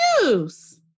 use